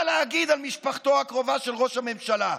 להגיד על משפחתו הקרובה של ראש הממשלה.